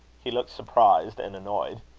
he looked surprised and annoyed.